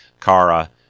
Kara